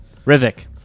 Rivik